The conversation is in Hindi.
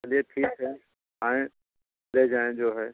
चलिए ठीक है आऍं ले जाऍं जो है